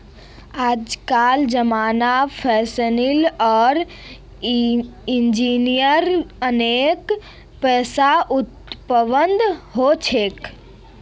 आजकल जमानत फाइनेंसियल आर इंजीनियरिंग अनेक पैसा उपलब्ध हो छे